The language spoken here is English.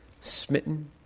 smitten